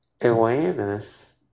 Awareness